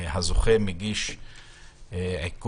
והזוכה מגיש עיקול